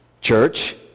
Church